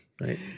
right